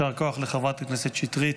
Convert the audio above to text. יישר כוח לחברת הכנסת שטרית.